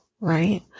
right